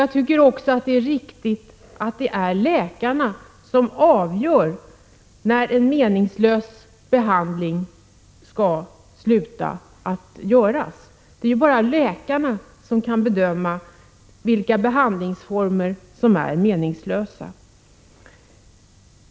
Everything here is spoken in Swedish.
Jag tycker också att det är riktigt att det är läkarna som skall avgöra när en meningslös behandling skall avbrytas. Det är ju bara läkarna som kan bedöma vilka behandlingsformer som är meningslösa.